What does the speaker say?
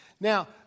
Now